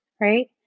right